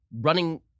running